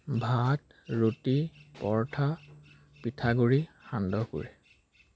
ভাত ৰুটি পৰঠা পিঠাগুড়ি সান্দহ গুড়ি